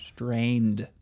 Strained